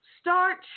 Start